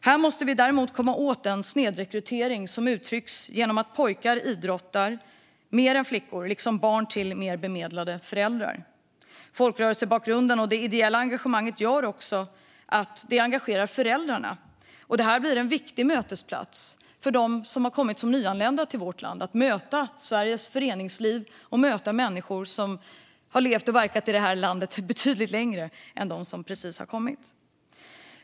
Här måste vi dock komma åt den snedrekrytering som uttrycks genom att pojkar idrottar mer än flickor och att barn till mer bemedlade föräldrar idrottar mer än andra barn. Folkrörelsebakgrunden och det ideella engagemanget gör att idrott engagerar föräldrar, och det blir därför en viktig plats för nyanlända att möta Sveriges föreningsliv och människor som levt och verkat i vårt land betydligt längre än de.